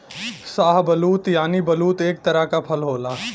शाहबलूत यानि बलूत एक तरह क फल होला